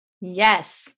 Yes